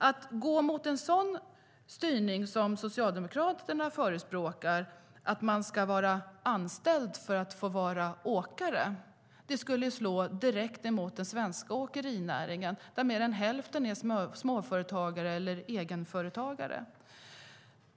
Att gå mot en sådan styrning som Socialdemokraterna förespråkar, alltså att man ska vara anställd för att få vara åkare, skulle slå direkt mot den svenska åkerinäringen där mer än hälften är småföretagare eller egenföretagare.